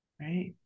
Right